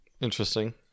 interesting